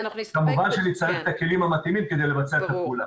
כמובן שנצטרך את הכלים המתאימים כדי לבצע את הפעולה.